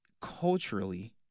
culturally –